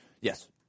Yes